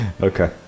Okay